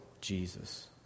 Jesus